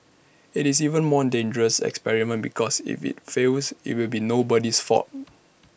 IT is even more dangerous experiment because if IT fails IT will be nobody's fault